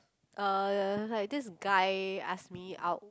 uh like this guy asked me out